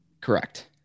Correct